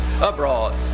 abroad